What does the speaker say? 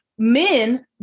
Men